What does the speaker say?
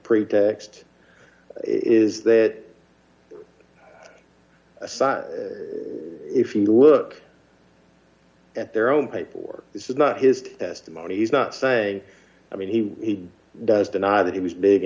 pretext is that aside if you look at their own paid for this is not his testimony he's not saying i mean he does deny that he was big